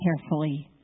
carefully